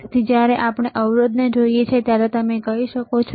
તેથી જ્યારે આપણે અવરોધને જોઈએ છીએ ત્યારે તમે અહીં જોઈ શકો છો